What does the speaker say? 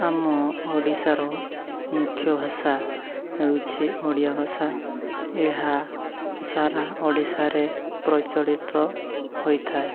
ଆମ ଓଡ଼ିଶାର ମୁଖ୍ୟ ଭାଷା ହେଉଛି ଓଡ଼ିଆ ଭାଷା ଏହା ସାରା ଓଡ଼ିଶାରେ ପ୍ରଚଳିତ ହୋଇଥାଏ